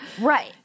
Right